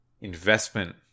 investment